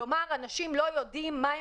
לומר שאנשים לא יודעים מה הם